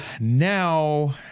now